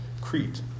Crete